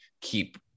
keep –